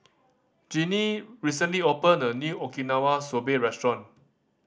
Jeannine recently opened a new Okinawa Soba Restaurant